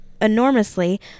enormously